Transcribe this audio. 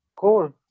Cool